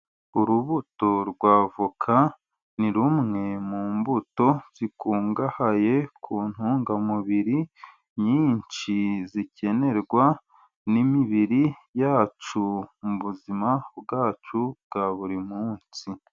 Urubuto rwa avoka ni rumwe mu mbuto zikungahaye ku ntungamubiri nyinshi, zikenerwa n'imibiri yacu mu buzima bwacu bwa buri munsi.